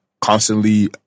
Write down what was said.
Constantly